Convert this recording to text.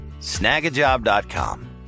snagajob.com